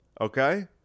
Okay